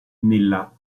nella